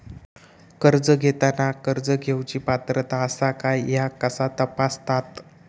कर्ज घेताना कर्ज घेवची पात्रता आसा काय ह्या कसा तपासतात?